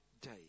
day